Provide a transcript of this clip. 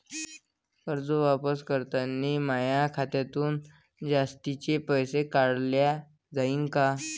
कर्ज वापस करतांनी माया खात्यातून जास्तीचे पैसे काटल्या जाईन का?